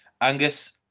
Angus